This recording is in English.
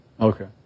Okay